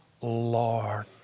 Lord